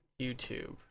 YouTube